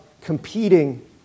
competing